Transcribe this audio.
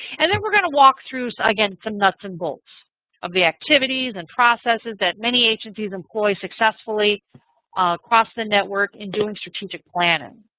and then we're going to walk through again some nuts and bolts of the activities and processes that many agencies employ successfully across the network in doing strategic planning.